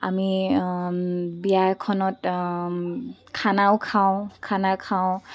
আমি বিয়া এখনত খানাও খাওঁ খানা খাওঁ